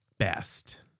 best